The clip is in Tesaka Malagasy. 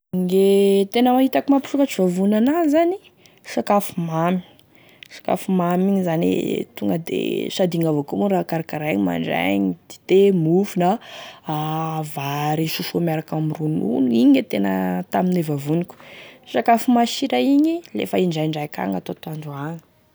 Gne tena hitako mampisokatry vavony ana e sakafo mamy, sakafo mamy igny zany e tonga de sasdy igny avao koa mora karakaraigny mandraigny, dite, mofo, vary sosoa miarakame ronono, igny e tena tamine vavoniko, sakafo masira igny lefa indraindraiky agny atotoandro gn'agny.